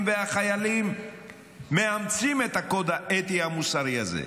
והחיילים מאמצים את הקוד האתי המוסרי הזה.